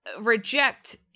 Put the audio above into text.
reject